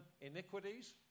iniquities